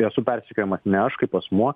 esu persekiojamas ne aš kaip asmuo